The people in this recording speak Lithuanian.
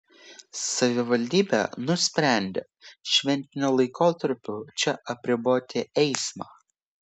savivaldybė nusprendė šventiniu laikotarpiu čia apriboti eismą